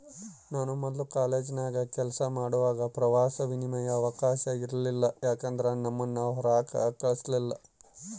ನಾನು ಮೊದ್ಲು ಕಾಲೇಜಿನಾಗ ಕೆಲಸ ಮಾಡುವಾಗ ಪ್ರವಾಸ ವಿಮೆಯ ಅವಕಾಶವ ಇರಲಿಲ್ಲ ಯಾಕಂದ್ರ ನಮ್ಮುನ್ನ ಹೊರಾಕ ಕಳಸಕಲ್ಲ